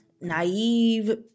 naive